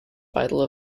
vital